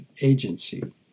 agency